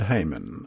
Haman